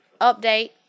update